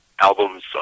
albums